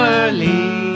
early